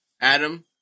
Adam